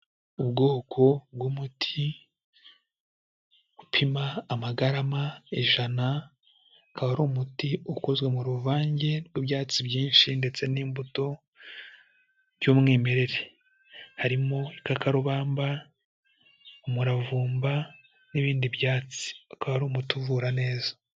Ubwoko bw'umuti upima amagarama ijana kaba ari umuti ukozwe mu ruvange rw'ibyatsi byinshi ndetse n'imbuto by'umwimerere, harimo ikakarubamba, umuravumba, n'ibindi byatsi. Ukaba ari umuti uvura neza.